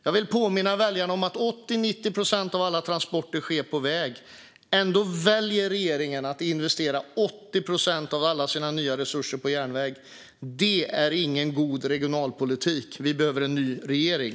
Jag vill påminna väljarna om att 80-90 procent av alla transporter sker på väg. Ändå väljer regeringen att investera 80 procent av alla sina nya resurser på järnväg. Det är ingen god regionalpolitik. Vi behöver en ny regering.